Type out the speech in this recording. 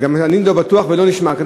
גם אני לא בטוח, ולא נשמע כך.